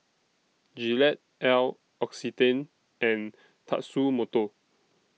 Gillette L'Occitane and Tatsumoto